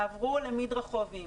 עברו למדרחובים,